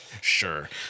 Sure